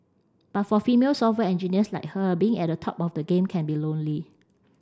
but for female software engineers like her being at the top of the game can be lonely